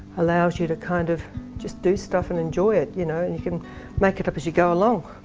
allows you to kind of just do stuff and enjoy it you know, and you can make it up as you go along.